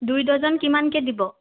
দুই ডৰ্জন কিমানকৈ দিব